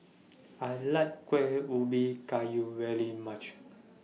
I like Kuih Ubi Kayu very much